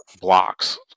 blocks